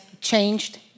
changed